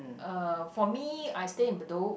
uh for me I stay in Bedok